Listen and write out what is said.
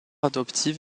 adoptive